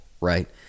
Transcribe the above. right